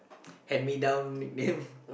hand me down nickname